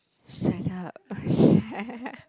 shut up